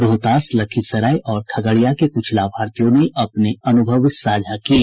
रोहतास लखीसराय और खगड़िया के कुछ लाभार्थियों ने अपने अनुभव साझा किये